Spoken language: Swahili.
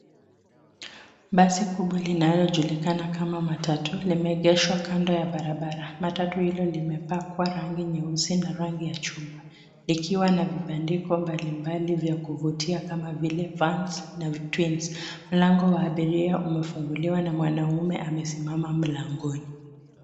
Basi kubwa linalojulikana kama matatu limeegeshwa kando ya barabara, matatu hilo limepakwa rangi nyeusi na rangi ya chungwa, likiwa na vibandiko mbalimbali vya kuvutia kama vile Vans na Twins. Mlango wa abiria umefunguliwa na mwanaume amesimama mlangoni.